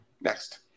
Next